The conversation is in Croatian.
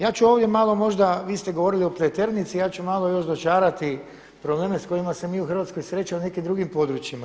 Ja ću ovdje malo možda, vi ste govorili o Pleternici, ja ću još malo dočarati probleme s kojima se mi u Hrvatskoj srećemo u nekim drugim područjima.